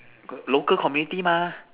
local community mah